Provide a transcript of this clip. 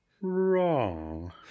Wrong